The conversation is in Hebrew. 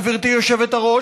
גברתי היושבת-ראש,